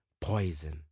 poison